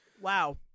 Wow